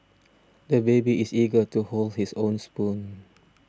the baby is eager to hold his own spoon